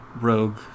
Rogue